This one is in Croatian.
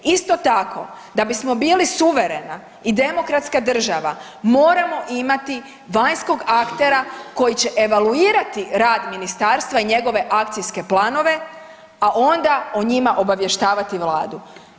Isto tako da bismo bili suverena i demokratska država moramo imati vanjskog aktera koji će evaluirati rad ministarstva i njegove akcijske planove, a onda o njima obavještavati Vladu.